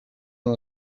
una